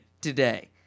today